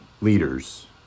leaders